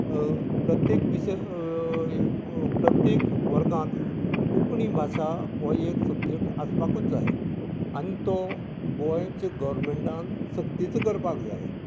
प्रत्येक विशय प्रत्येक वर्गात कोंकणी भाशा हो एक सब्जेक्ट आसपाकूच जाय आनी तो गोंयचे गवरमेंटान सक्तीचो करपाक जाय